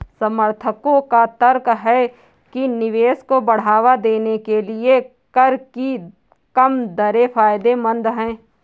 समर्थकों का तर्क है कि निवेश को बढ़ावा देने के लिए कर की कम दरें फायदेमंद हैं